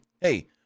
hey